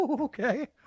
Okay